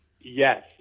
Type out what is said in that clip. yes